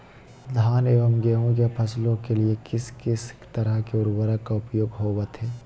धान एवं गेहूं के फसलों के लिए किस किस तरह के उर्वरक का उपयोग होवत है?